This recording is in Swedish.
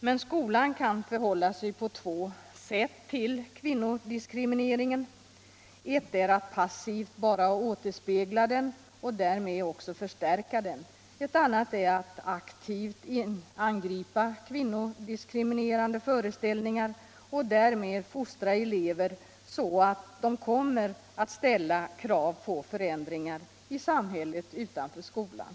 Men skolan kan förhålla sig på två Fredagen den sätt till kvinnodiskrimineringen — ett är att passivt bara återspegla den 21 maj 1976 och därmed förstärka den, ett annat är att aktivt angripa kvinnodiskri= = minerande föreställningar och därmed fostra eleverna så att de kommer =: Skolans inre arbete att ställa krav på förändringar i samhället utanför skolan.